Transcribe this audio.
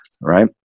right